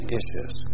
issues